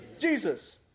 Jesus